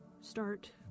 start